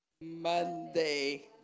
Monday